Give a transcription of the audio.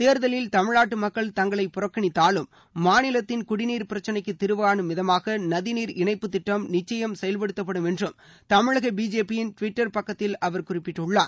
தேர்தலில் தமிழ்நாட்டு மக்கள் தங்களைப் புறக்கணித்தாலும் மாநிலத்தின் குடிநீர் பிரச்னைக்குத் தீர்வுகாணும் விதமாக நதிநீர் இணைப்புத் திட்டம் நிச்சயம் செயல்படுத்தப்படும் என்றும் தமிழக பிஜேபியின் டுவிட்டர் பக்கத்தில் அவர் குறிப்பிட்டுள்ளார்